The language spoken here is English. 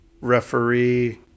referee